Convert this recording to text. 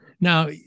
Now